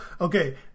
Okay